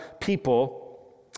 people